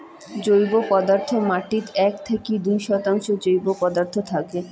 জৈব পদার্থ মাটিত এক থাকি দুই শতাংশ জৈব পদার্থ থাকে